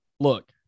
Look